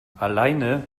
alleine